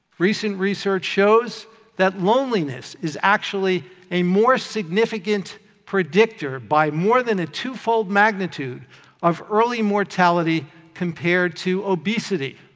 recent research shows that loneliness is actually a more significant predictor by more than a twofold magnitude of early mortality compared to obesity.